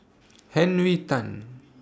Henry Tan